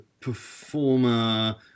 performer